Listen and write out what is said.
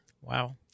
Wow